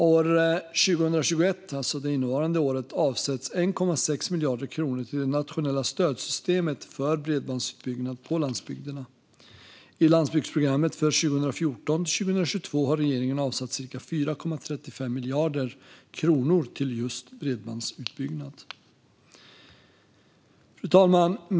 År 2021, alltså innevarande år, avsätts 1,6 miljarder kronor till det nationella stödsystemet för bredbandsutbyggnad på landsbygderna. I landsbygdsprogrammet 2014-2022 har regeringen avsatt cirka 4,35 miljarder kronor till bredbandsutbyggnad. Fru talman!